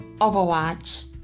Overwatch